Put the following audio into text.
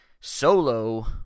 solo